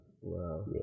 Wow